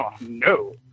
no